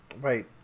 right